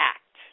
Act